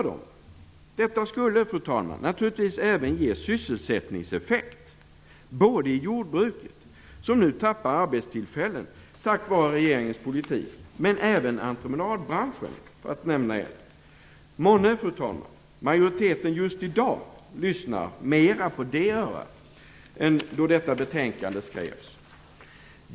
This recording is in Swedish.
Detta skulle, fru talman, naturligtvis även ge sysselsättningseffekter i jordbruket, som nu tappar arbetstillfällen till följd av regeringens politik, men även entreprenadbranschen, för att nämna ett exempel. Fru talman! Månne majoriteten just i dag lyssnar mer på det örat än då detta betänkande skrevs.